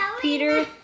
Peter